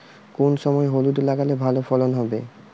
কোন সময় হলুদ লাগালে ভালো ফলন হবে?